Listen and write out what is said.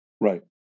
Right